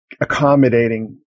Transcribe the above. accommodating